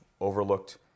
overlooked